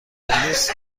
پلیس